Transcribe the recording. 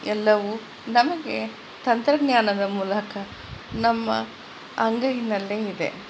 ಎಲ್ಲವೂ ನಮಗೆ ತಂತ್ರಜ್ಞಾನದ ಮೂಲಕ ನಮ್ಮ ಅಂಗೈನಲ್ಲೇ ಇದೆ